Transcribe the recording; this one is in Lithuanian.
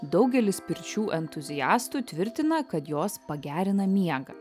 daugelis pirčių entuziastų tvirtina kad jos pagerina miegą